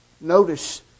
Notice